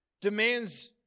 demands